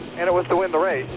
and it was to win the race.